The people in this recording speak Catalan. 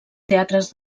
teatres